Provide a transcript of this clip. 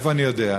מאיפה אני יודע?